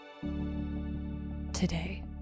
Today